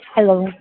hello